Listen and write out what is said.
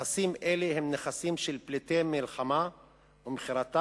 נכסים אלה הם נכסים של פליטי מלחמה ומכירתם